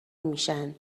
میشن